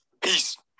Peace